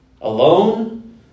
alone